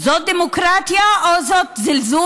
זאת דמוקרטיה או זה זלזול?